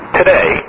today